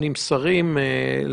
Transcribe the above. זה נכון שלקבוצות גדולות,